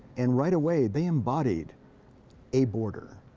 and right away, they embodied a border.